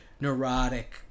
neurotic